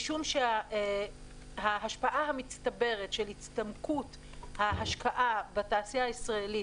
משום שההשפעה המצטברת של הצטמקות ההשקעה בתעשייה הישראלית,